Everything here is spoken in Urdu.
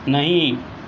نہیں